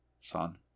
Son